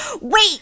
Wait